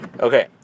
Okay